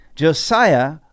Josiah